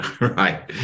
right